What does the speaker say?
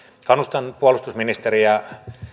kannustan puolustusministeriä